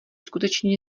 skutečně